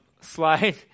slide